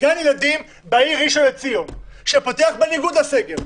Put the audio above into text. גן ילדים בעיר ראשון לציון שפותח בניגוד לסגר,